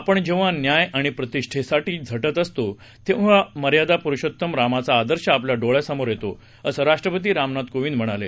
आपण जेव्हा न्याय आणि प्रतिष्ठेसाठी झटत असतो तेव्हा मर्याद पुरषोत्तम रामाचा आदर्श आपल्या डोळ्यासमोर येतो असं राष्ट्रपती रामनाथ कोविंद म्हणाले